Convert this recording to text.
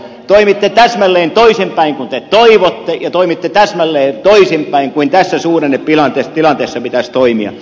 toimitte täsmälleen toisin päin kuin te toivotte ja toimitte täsmälleen toisinpäin kuin tässä suhdannetilanteessa pitäisi toimia